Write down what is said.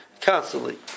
constantly